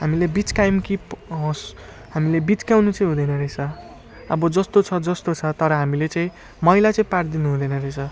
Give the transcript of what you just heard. हामीले बिच्कायौँ कि पछि होस् हामीले बिच्काउनु चाहिँ हुँदैन रहेछ अब जस्तो छ जस्तो छ तर हामीले चाहिँ मैला चाहिँ पारिदिनु हुँदैन रहेछ